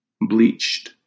bleached